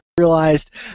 realized